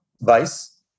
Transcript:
vice